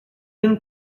been